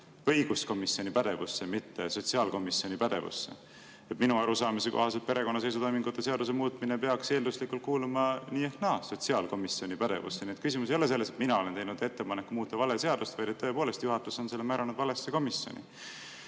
õiguskomisjoni pädevusse, mitte sotsiaalkomisjoni pädevusse? Minu arusaamise kohaselt perekonnaseisutoimingute seaduse muutmine peaks eelduslikult kuuluma nii ehk naa sotsiaalkomisjoni pädevusse. Nii et küsimus ei ole selles, et mina olen teinud ettepaneku muuta vale seadust, vaid et tõepoolest on juhatus määranud selle valesse